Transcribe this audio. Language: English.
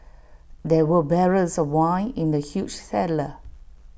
there were barrels of wine in the huge cellar